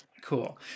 cool